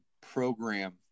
program